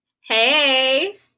Hey